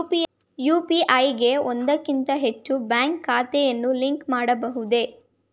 UPI ಗೆ ಒಂದಕ್ಕಿಂತ ಹೆಚ್ಚು ಬ್ಯಾಂಕ್ ಖಾತೆಗಳನ್ನು ಲಿಂಕ್ ಮಾಡಬಹುದೇ?